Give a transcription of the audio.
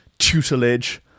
Tutelage